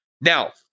Now